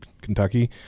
Kentucky